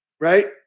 right